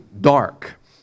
dark